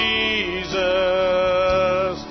Jesus